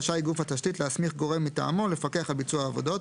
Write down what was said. רשאי גוף התשתית להסמיך גורם מטעמו לפקח על ביצוע העבודות,